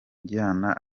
ujyana